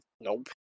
Nope